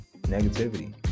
negativity